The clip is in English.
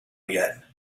yet